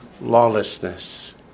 lawlessness